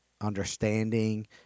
understanding